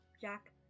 Jack